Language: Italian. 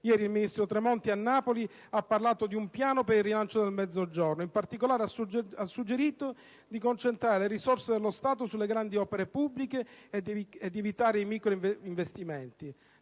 Ieri il ministro Tremonti a Napoli ha parlato di un piano per il rilancio del Mezzogiorno; in particolare, ha suggerito di concentrare le risorse dello Stato sulle grandi opere pubbliche e di evitare i microinvestimenti.